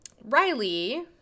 Riley